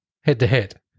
head-to-head